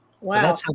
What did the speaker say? Wow